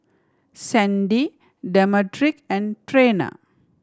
Sandie Demetric and Trena